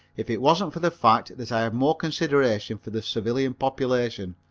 if it wasn't for the fact that i have more consideration for the civilian population.